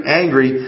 angry